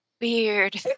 Weird